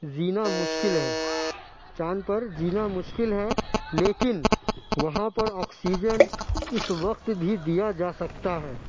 جینا مشکل ہے چاند پر جینا مشکل ہے لیکن وہاں پر آکسیجن اِس وقت بھی دیا جا سکتا ہے